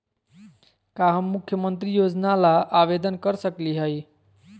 का हम मुख्यमंत्री योजना ला आवेदन कर सकली हई?